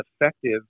effective